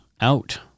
out